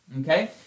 okay